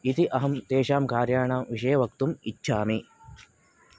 इति अहं तेषां कार्याणां विषये वक्तुम् इच्छामि